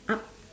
up